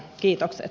kiitokset